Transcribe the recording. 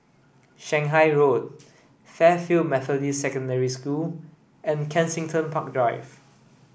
Shanghai Road Fairfield Methodist Secondary School and Kensington Park Drive